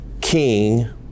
king